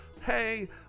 hey